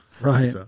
Right